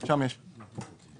יש הגדרה כזו.